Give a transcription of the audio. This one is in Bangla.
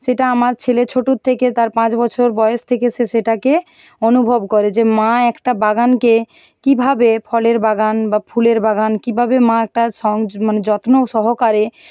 সেটা আমার ছেলে ছোটো থেকে তার পাঁচ বছর বয়স থেকে সে সেটাকে অনুভব করে যে মা একটা বাগানকে কীভাবে ফলের বাগান বা ফুলের বাগান কীভাবে মা একটা সংয মানে যত্ন সহকারে